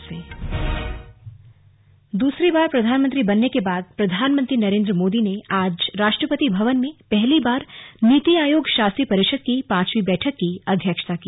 slug NITI Aayog दूसरी बार प्रधानमंत्री बनने के बाद प्रधानमंत्री नरेंद्र मोदी ने आज राष्ट्रपति भवन में पहली बार नीति आयोग शासी परिषद की पांचवी बैठक की अध्यक्षता की